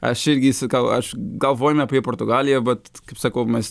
aš irgi sakau aš galvoju apie portugaliją vat kaip sakau mes